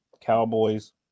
Cowboys